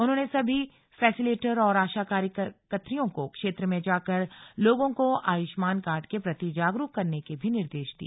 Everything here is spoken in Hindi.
उन्होंने सभी फेसीलेटर और आशा कार्यकत्रियों को क्षेत्र में जाकर लोगों को आयुष्मान कार्ड के प्रति जागरूक करने के भी निर्देश दिए